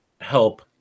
help